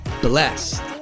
blessed